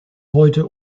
heute